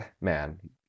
man